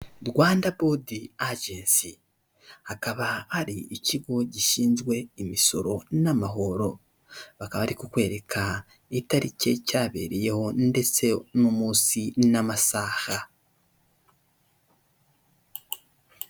Rwanda bodi agensi, hakaba hari ikigo gishinzwe imisoro n'amahoro, bakaba bari kukwereka itariki cyabereyeho ndetse n'umunsi n'amasaha.